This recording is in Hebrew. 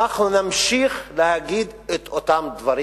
אנחנו נמשיך להגיד את אותם דברים.